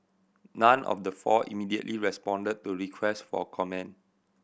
none of the four immediately responded to request for comment